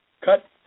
cut